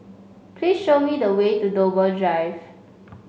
please show me the way to Dover Drive